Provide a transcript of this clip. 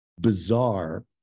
bizarre